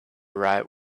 right